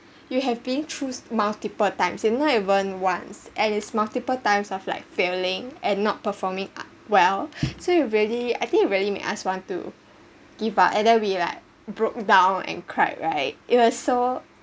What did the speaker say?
you have being choose multiple times is not even ones and it's multiple times of like failing and not performing well so it’s really I think really make us want to give up and then we like broke down and cried right it was so